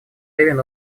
левин